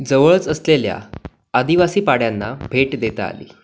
जवळच असलेल्या आदिवासी पाड्यांना भेट देता आली